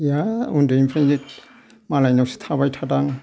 गैया उन्दैनिफ्रायनो मालायनावसो थाबाय थादो आं